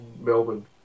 Melbourne